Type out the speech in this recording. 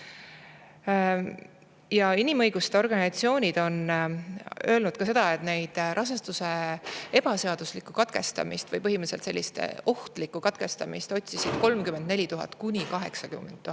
Inimõiguste organisatsioonid on öelnud ka seda, et raseduse ebaseadusliku katkestamise või põhimõtteliselt sellise ohtliku katkestamise võimalust otsis 34 000 – 80 000